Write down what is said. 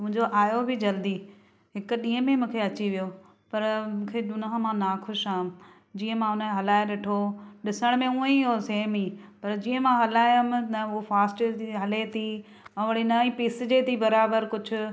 मुंहिंजो आहियो बि जल्दी हिकु ॾींहं में मूंखे अची वियो पर मूंखे हुन खां मां ना खुश आ जीअं मां हुन ए हलाए ॾिठो ॾिसण में ऊअं ई उहो सेम ई पर जीअं मां हलायमि न उहो फास्ट हले थी औरि वरी न पिसजे थी बराबरि कुझु